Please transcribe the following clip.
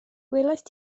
welaist